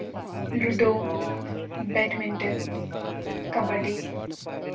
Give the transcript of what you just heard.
Ludo badminton kabaddi